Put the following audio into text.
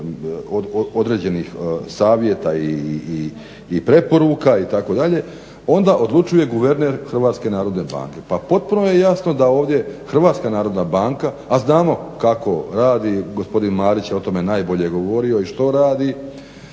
određenih savjeta i preporuka itd. onda odlučuje guverner HNB-a. Pa potpuno je jasno da ovdje HNB a znamo kako radi, gospodin Marić je o tome najbolje govorio, i što radi